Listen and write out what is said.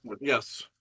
Yes